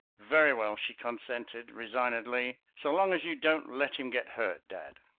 very well, she consented resignedly, so long as you don't let him get hurt, dad.